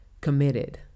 committed